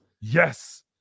Yes